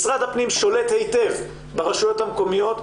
משרד הפנים שולט היטב ברשויות המקומיות,